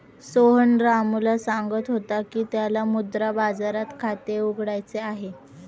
सोहन रामूला सांगत होता की त्याला मुद्रा बाजारात खाते उघडायचे आहे